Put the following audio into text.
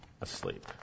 asleep